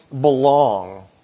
belong